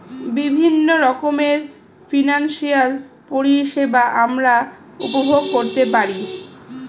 বিভিন্ন রকমের ফিনান্সিয়াল পরিষেবা আমরা উপভোগ করতে পারি